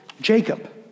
Jacob